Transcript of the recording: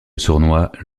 sournois